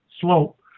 slope